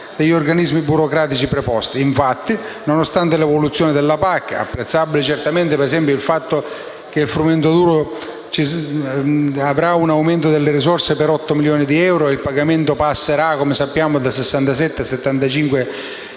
nonostante l'evoluzione della PAC (apprezzabile certamente il fatto che per il frumento duro ci sarà un aumento delle risorse per 8 milioni di euro e il pagamento passa da 67 a 75 euro